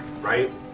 right